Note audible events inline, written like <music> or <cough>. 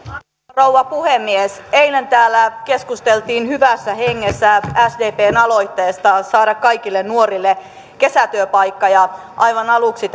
rouva puhemies eilen täällä keskusteltiin hyvässä hengessä sdpn aloitteesta saada kaikille nuorille kesätyöpaikka ja aivan aluksi <unintelligible>